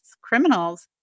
criminals